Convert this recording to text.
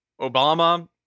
obama